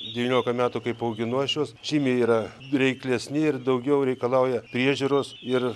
devyniolika metų kaip auginu aš juos žymiai yra reiklesni ir daugiau reikalauja priežiūros ir